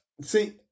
See